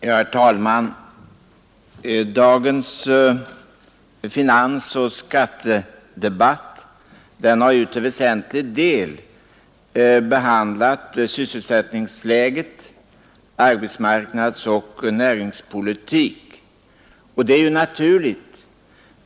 Herr talman! Dagens finansoch skattedebatt har till väsentlig del behandlat sysselsättningsläget, arbetsmarknadsoch näringspolitik, och det är ju naturligt.